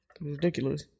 ridiculous